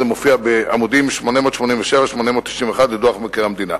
כל זה מופיע בעמודים 887 891 לדוח מבקר המדינה.